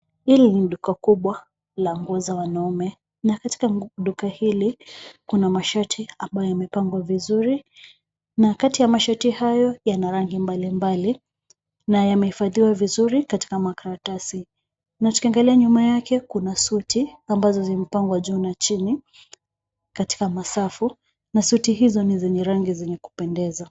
Hili ni duka kubwa la nguo za wanaume. Na katika duka hili kuna mashati ambaye imepangwa vizuri. Na kati ya mashati hayo yana rangi mbali mbali na yamehifadiwa vizuri katika makaratasi. Na tukiangalia nyuma yake kuna suti ambazo zimepangwa juu na jini katika masafu na suti hizo ni zenye rangi zenye kupendeza.